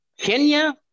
Kenya